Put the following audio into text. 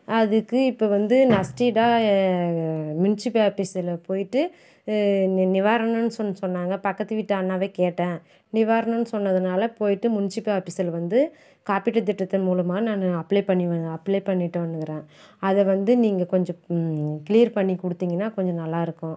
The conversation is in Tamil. அதுக்கு இப்போ வந்து நஷ்ட ஈடா முன்ஸிபல் ஆபிஸில் போய்விட்டு நி நிவாரணம்னு சொல்லி சொன்னாங்க பக்கத்து வீட்டு அண்ணாவை கேட்டேன் நிவாரணம்னு சொன்னதனால் போய்விட்டு முன்ஸிபல் ஆபிஸில் வந்து காப்பீட்டுத் திட்டத்தின் மூலமாக நான் அப்ளை பண்ணி வந் அப்ளை பண்ணிவிட்டு வந்துக்கிறேன் அதை வந்து நீங்கள் கொஞ்சம் க்ளியர் பண்ணிக் கொடுத்தீங்கன்னா கொஞ்சம் நல்லா இருக்கும்